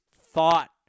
thought